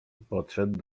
podszedł